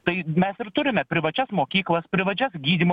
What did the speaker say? tai mes ir turime privačias mokyklas privačias gydymo